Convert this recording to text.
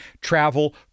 travel